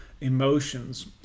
emotions